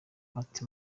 ati